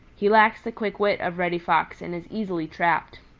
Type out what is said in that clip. he lacks the quick wit of reddy fox and is easily trapped.